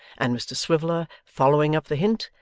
and mr swiveller, following up the hint,